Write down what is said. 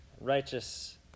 righteous